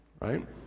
right